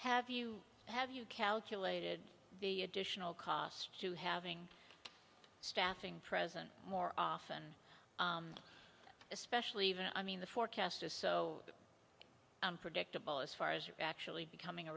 have you have you calculated the additional cost to having staffing present more often especially when i mean the forecast is so unpredictable as far as actually becoming a